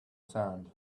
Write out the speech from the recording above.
sand